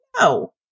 no